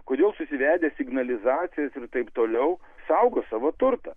kodėl susivedę signalizacijas ir taip toliau saugo savo turtą